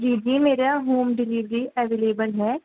جی جی میرا home delivery available ہے